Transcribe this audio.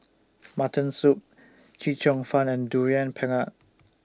Mutton Soup Chee Cheong Fun and Durian Pengat